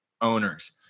owners